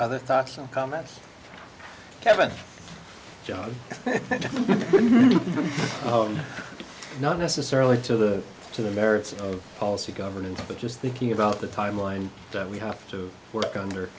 other thoughts and comments kevin john not necessarily to the to the merits of policy governance but just thinking about the timeline that we have to work on